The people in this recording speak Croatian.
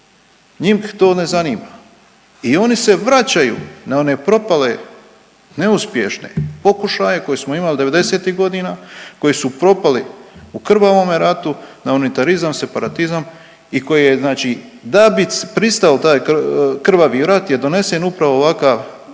Njih to ne zanima i oni se vraćaju na one propale i neuspješne pokušaje koje smo imali '90.-tih godina, koji su propali u krvavome ratu na unitarizam i separatizam i koji je znači da bi pristao taj krvavi rat je donesen upravo ovakav